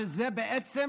שזה בעצם